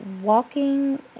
walking